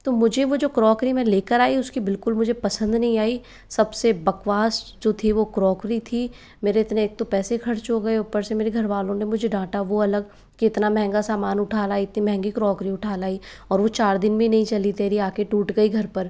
तो मुझे वो जो क्रॉकरी में लेकर आई उस की मुझे बिलकुल पसंद नहीं आई सब से बकवास जो थी वो क्रॉकरी थी मेरे इतने एक तो पैसे खर्च हो गए ऊपर से मेरे घरवालों ने मुझे डाँटा वो अलग के इतना महंगा सामान उठा लाई इतनी महंगी क्रॉकरी उठा लाई और वो चार दिन भी नहीं चली तेरी आ के टूट गई घर पर